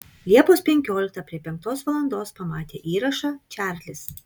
liepos penkioliktą prie penktos valandos pamatė įrašą čarlis